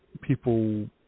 people